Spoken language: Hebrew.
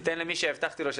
ניתן לדבר למי שהבטחתי לו.